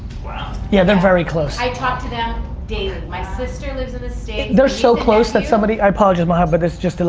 wow. yeah, they're very close. i talk to them daily, my sister lives in the states they're so close that somebody, i apologize, maha, but this is just ah